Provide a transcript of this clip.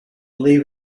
leave